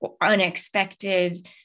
unexpected